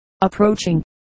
approaching